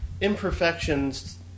imperfections